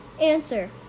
Answer